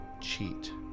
cheat